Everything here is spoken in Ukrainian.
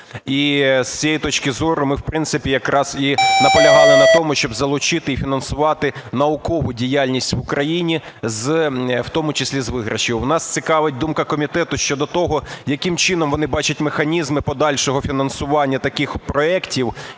І з цієї точки зору ми, в принципі, якраз і наполягали на тому, щоб залучити і фінансувати наукову діяльність в Україні, в тому числі, з виграшів. Нас цікавить думка комітету щодо того, яким чином вони бачать механізми подальшого фінансування таких проектів,